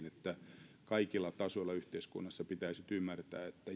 että kaikilla tasoilla yhteiskunnassa pitäisi nyt ymmärtää että